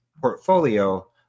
portfolio